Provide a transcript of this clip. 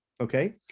okay